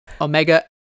Omega